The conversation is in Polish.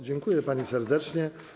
Dziękuję pani serdecznie.